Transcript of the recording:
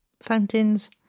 fountains